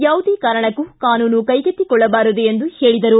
ಯಾವುದೇ ಕಾರಣಕ್ಕೂ ಕಾನೂನು ಕೈಗೆತ್ತಿಕೊಳ್ಳಬಾರದು ಎಂದು ತಿಳಿಸಿದರು